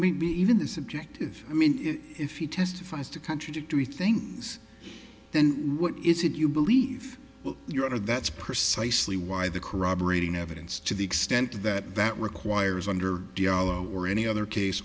maybe even the subjective i mean if he testifies to contradictory things then what is it you believe your honor that's precisely why the corroborating evidence to the extent that that requires under deol or any other case